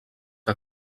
que